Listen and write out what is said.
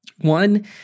One